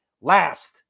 Last